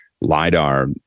lidar